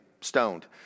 stoned